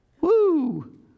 Woo